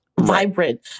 vibrant